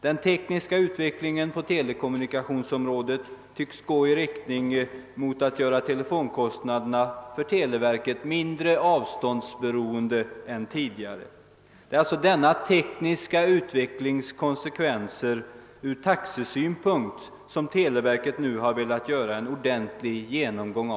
Den tekniska utvecklingen på telekommunikationsområdet tycks gå i sådan riktning, att telefontaxorna för televerket blir mindre avståndsberoende än tidigare. Televerket har också nu velat göra en ordentlig genomgång av denna tekniska utvecklings konsekvenser ur taxesynpunkt.